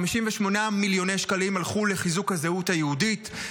58 מיליוני שקלים הלכו לחיזוק הזהות היהודית,